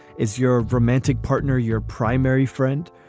is your romantic partner, your primary friend,